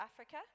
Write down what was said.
Africa